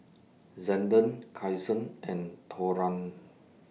Zander Kyson and Torran